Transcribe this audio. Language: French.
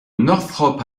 northrop